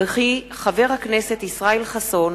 וכי חבר הכנסת ישראל חסון